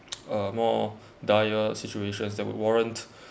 uh more dire situations that would warrant